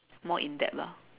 more in depth lah